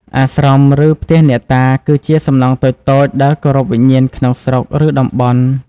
អាស្រម ឬ ផ្ទះអ្នកតា គឺជាសំណង់តូចៗដែលគោរពវិញ្ញាណក្នុងស្រុក ឬ តំបន់។